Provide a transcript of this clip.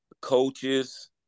coaches